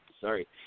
Sorry